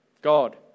God